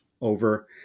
over